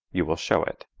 you will show it,